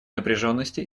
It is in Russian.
напряженности